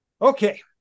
Okay